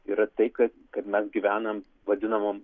yra tai kad kad mes gyvenam vadinamam